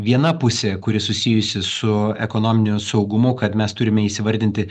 viena pusė kuri susijusi su ekonominiu saugumu kad mes turime įsivardinti